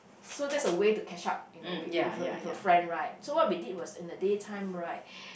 so that's a way to catch up you know with a with a friend right so what we did was in the day time right